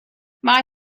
mae